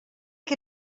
que